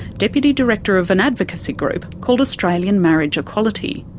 deputy director of an advocacy group called australian marriage equality.